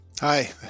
Hi